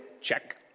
Check